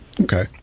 Okay